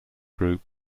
group